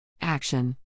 Action